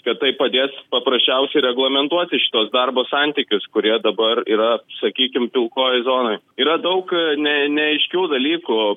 kad tai padės paprasčiausiai reglamentuoti šituos darbo santykius kurie dabar yra sakykim pilkoj zonoj yra daug ne neaiškių dalykų